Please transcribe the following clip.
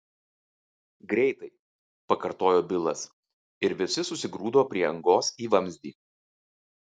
greitai pakartojo bilas ir visi susigrūdo prie angos į vamzdį